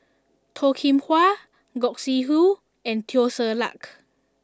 Toh Kim Hwa Gog Sing Hooi and Teo Ser Luck